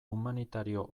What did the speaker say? humanitario